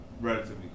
relatively